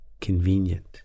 Convenient